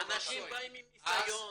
אנשים באים עם נסיון.